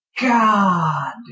god